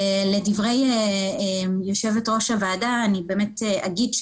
לדברי יו"ר הוועדה, אני באמת אגיב,